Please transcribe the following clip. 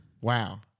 Wow